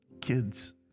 kids